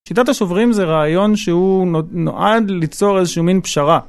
שיטת השוברים זה רעיון שהוא נועד ליצור איזשהו מין פשרה.